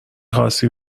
خاستی